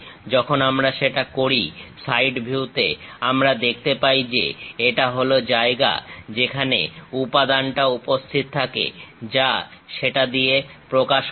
যখন আমরা সেটা করি সাইড ভিউতে আমরা দেখতে পাই যে এটা হলো জায়গা যেখানে উপাদানটা উপস্থিত থাকে যা সেটা দিয়ে প্রকাশ করা হয়